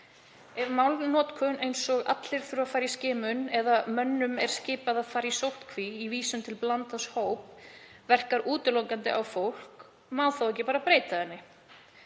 Ef málnotkun eins og Allir þurfa að fara í skimun eða Mönnum er skipað að fara í sóttkví í vísun til blandaðs hóps verkar útilokandi á fólk, má þá ekki bara breyta henni?